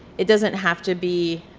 it doesn't have to be